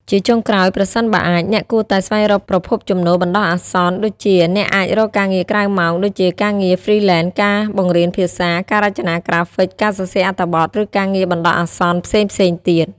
ជាចុងក្រោយ ប្រសិនបើអាច អ្នកគួរតែស្វែងរកប្រភពចំណូលបណ្ដោះអាសន្នដូចជាអ្នកអាចរកការងារក្រៅម៉ោង ដូចជាការងារ ហ្វ្រីលែន ការបង្រៀនភាសា ការរចនាក្រាហ្វិក ការសរសេរអត្ថបទ ឬការងារបណ្ដោះអាសន្នផ្សេងៗទៀត ។